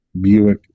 Buick